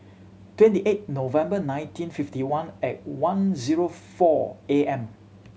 twenty eight November nineteen fifty one at one zero four A M